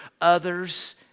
others